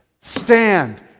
stand